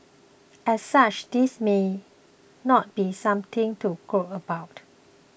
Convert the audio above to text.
as such this may not be something to gloat about